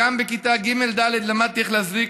בכיתה ג'-ד' למדתי איך להזריק.